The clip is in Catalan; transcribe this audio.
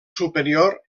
superior